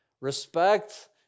respect